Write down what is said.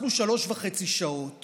אנחנו שלוש וחצי שעות